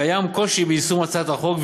קיים קושי ביישום הצעת החוק,